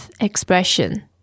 expression